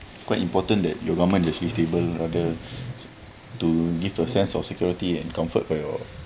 quite important that your government is actually stable rather to give a sense of security and comfort for your